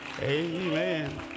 Amen